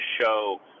show